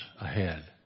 ahead